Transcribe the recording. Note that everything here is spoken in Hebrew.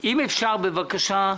אני רוצה להזכיר לך שלפני ארבע שנים,